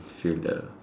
feel the